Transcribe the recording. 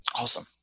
Awesome